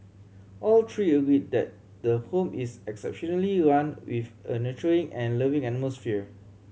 all three agree that the home is exceptionally run with a nurturing and loving atmosphere